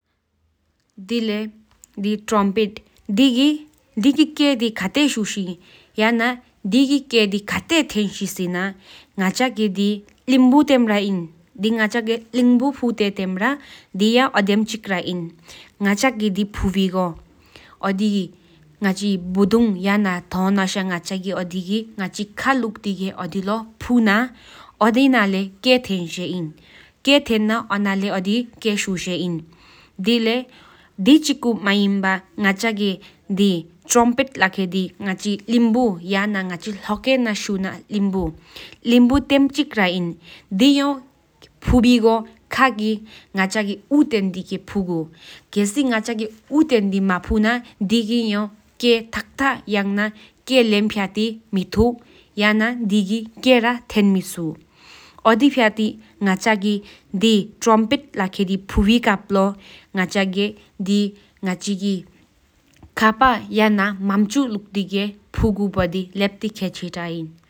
སྡེ་ལེ་ཡའི་ཀྲམ་པ་ཏ་དེ་གེ་དི་ཁ་ཥེ་ཞུ་ཤེ་དེ་སི་ན་དེ་སྐོར་ལྟེས་ཤུ་གུན་དེ་དི་ལེམ་བི་ཐེམ་ར་དི་ང་ཅ་གི་དེ་ཕུ་བི་ག་དེ་ན་ང་ཅི་མམ་ཆུ་ཀེ་དེ་བཀྱེས་ཏེ་དེ་ལོ། ང་ཅ་གི་ཨོ་དི་ཁ་གི་ཕུ་ན་ཨོ་དི་ཀྲམ་པ་ཏ་ནང་ལེས་ད་ཐཱན་ཤེ་དི་སྡེ་ལེ་ཡའི་དེ་ཀྱེ་ཧེན་ཏོ་ཐཱན་ཤེ་དི་ང་ཅའི་གི་དེ་ཕུ་བི་ཀབ་ཨུ་ཏེན་ཏི་ཕུ་གུ་ཁེས་སི་ང་ཅ་གི་ཨུ་ཏེན་ཏི་ཕ་ཕུ་ན་དི་གི་ཡ་དེ་ཀྱེ་ལེམ་ཕུ་ཨ་ཏི་ཡ་ན་ཐག་ཏ་མེཐ་ན།